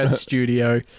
studio